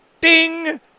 ding